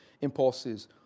impulses